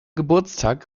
geburtstag